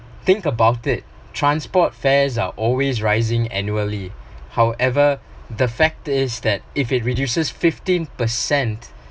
think about it transport fares are always rising annually however the fact is that if it reduces fifteen percent